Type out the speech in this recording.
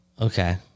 Okay